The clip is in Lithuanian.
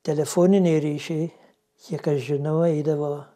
telefoniniai ryšiai kiek aš žinau eidavo